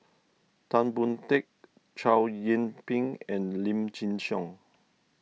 Tan Boon Teik Chow Yian Ping and Lim Chin Siong